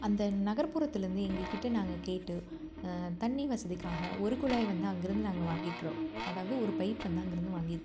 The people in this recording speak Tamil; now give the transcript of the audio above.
அந்த நகர்ப்புறத்தில இருந்து எங்கள்கிட்ட நாங்கள் கேட்டு தண்ணி வசதிக்காக ஒரு குழாய் வந்து அங்கிருந்து நாங்கள் வாங்கியிருக்குறோம் அதாவது ஒரு பைப் வந்து அங்கிருந்து வாங்கியிருக்குறோம்